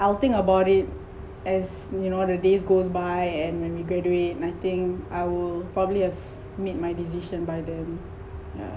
I'll think about it as you know the days goes by and when we graduate I think I will probably have made my decision by them yeah